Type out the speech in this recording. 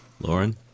Lauren